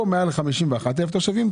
פה מעל 51,000 תושבים,